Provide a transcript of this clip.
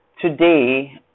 today